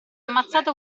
ammazzato